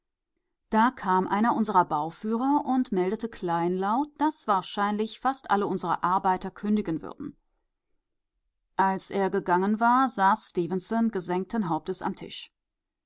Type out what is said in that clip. da kam einer unserer bauführer und meldete kleinlaut daß wahrscheinlich fast alle unsere arbeiter kündigen würden als er gegangen war saß stefenson gesenkten hauptes am tisch